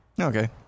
Okay